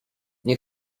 nie